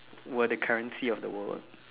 were the currency of the world